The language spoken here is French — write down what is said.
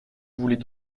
voulait